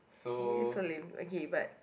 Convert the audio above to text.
it so lame okay but